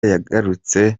yagarutse